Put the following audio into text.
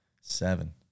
Seven